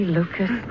Lucas